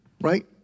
right